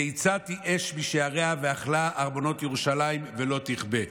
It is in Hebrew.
והצתי אש בשעריה ואכלה ארמנות ירושלם ולא תכבה".